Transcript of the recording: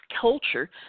culture